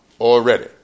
already